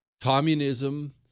communism